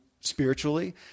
spiritually